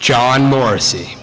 john morrissey